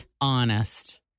honest